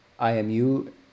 IMU